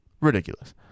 ridiculous